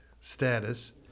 status